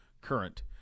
current